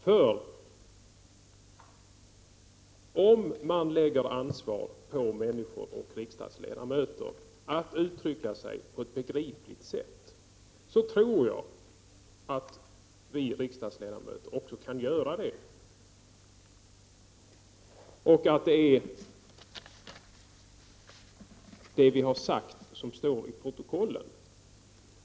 För om man lägger ansvar på människor och riksdagsledamöter att uttrycka sig på ett begripligt sätt så tror jag att vi riksdagsledamöter också kan göra det och att det är det vi har sagt som står i protokollen.